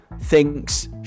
thinks